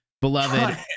beloved